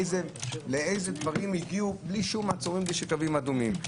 לאיזה דברים הגיעו בלי שום מעצורים וקווים אדומים.